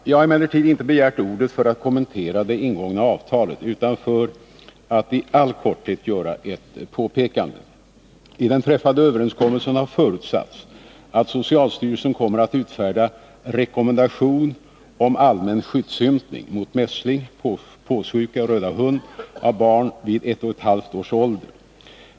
Jag har emellertid inte begärt ordet för att kommentera det ingångna avtalet utan för att i all korthet göra ett påpekande. I den träffade överenskommelsen har förutsatts att socialstyrelsen kommer att utfärda rekommendation om allmän skyddsympning mot mässling, påssjuka och röda hund av barn vid 11/2 års ålder.